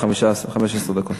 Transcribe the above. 15 דקות.